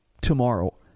Tomorrow